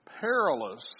perilous